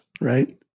right